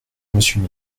monsieur